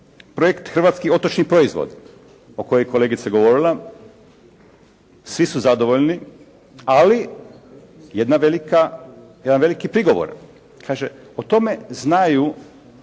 projekt hrvatski otočni proizvod o kojem je kolegica govorila. Svi su zadovoljni, ali jedna velika, jedan veliki prigovor. Kaže: «O tome znaju